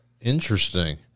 Interesting